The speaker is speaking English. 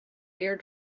ear